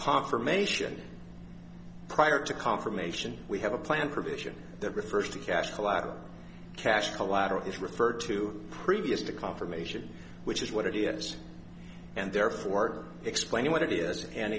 confirmation prior to confirmation we have a plan provision that refers to cash collateral cash collateral is referred to previous to confirmation which is what it is and therefore explaining what it is and